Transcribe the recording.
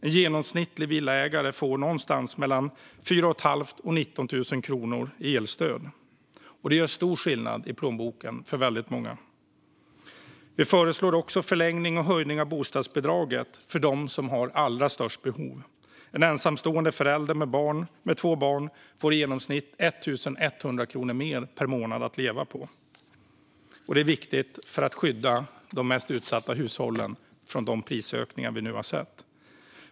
En genomsnittlig villaägare får någonstans mellan 4 500 och 19 000 kronor i elstöd, och det gör stor skillnad i plånboken för väldigt många. Vi föreslår också en förlängning och höjning av bostadsbidraget för dem som har allra störst behov. En ensamstående förälder med två barn får igenomsnitt 1 100 kronor mer att leva på per månad. Det är viktigt för att skydda de mest utsatta hushållen från de prisökningar vi nu har sett.